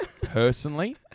personally